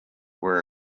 were